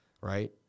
right